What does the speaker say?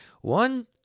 One